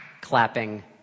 clapping